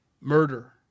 murder